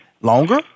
longer